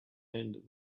and